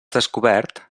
descobert